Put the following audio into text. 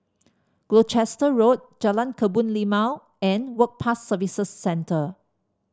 Gloucester Road Jalan Kebun Limau and Work Pass Services Centre